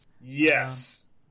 Yes